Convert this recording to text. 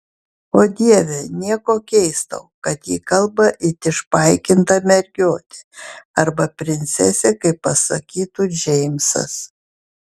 o dieve nieko keista kad ji kalba it išpaikinta mergiotė arba princesė kaip pasakytų džeimsas